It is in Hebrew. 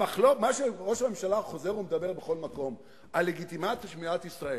מה שראש הממשלה חוזר ומדבר בכל מקום על הלגיטימציה של מדינת ישראל,